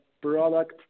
product